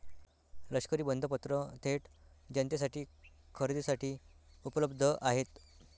लष्करी बंधपत्र थेट जनतेसाठी खरेदीसाठी उपलब्ध आहेत